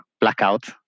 blackout